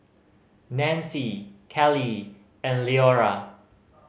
Nancie Kelly and Leora